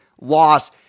loss